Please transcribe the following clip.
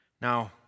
Now